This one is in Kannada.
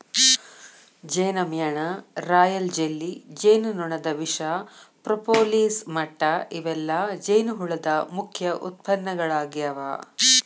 ಜೇನಮ್ಯಾಣ, ರಾಯಲ್ ಜೆಲ್ಲಿ, ಜೇನುನೊಣದ ವಿಷ, ಪ್ರೋಪೋಲಿಸ್ ಮಟ್ಟ ಇವೆಲ್ಲ ಜೇನುಹುಳದ ಮುಖ್ಯ ಉತ್ಪನ್ನಗಳಾಗ್ಯಾವ